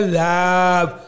love